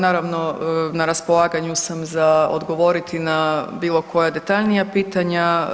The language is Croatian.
Naravno na raspolaganju sam za odgovoriti na bilo koja detaljnija pitanja.